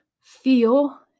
feel